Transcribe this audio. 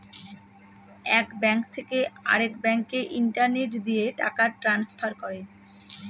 এক ব্যাঙ্ক থেকে আরেক ব্যাঙ্কে ইন্টারনেট দিয়ে টাকা ট্রান্সফার করে